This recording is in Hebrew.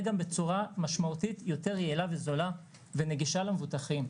גם בצורה משמעותית יותר יעילה וזולה ונגישה למבוטחים.